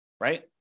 right